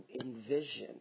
envision